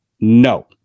no